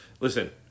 Listen